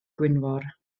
gwynfor